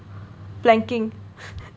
planking